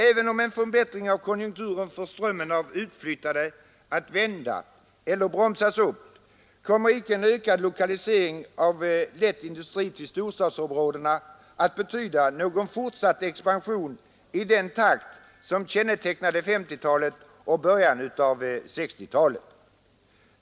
Även om en förbättring av konjunkturerna får strömmen av utflyttade att vända eller bromsas upp kommer inte en ökad lokalisering av lätt industri till storstadsområdena att betyda någon fortsatt expansion i den takt som kännetecknade 1950-talet och början av 1960-talet.